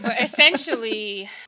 essentially